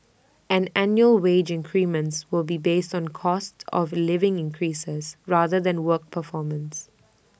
and annual wage increments will be based on cost of living increases rather than work performance